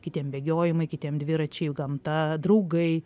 kitiem bėgiojimai kitiem dviračiai gamta draugai